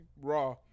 raw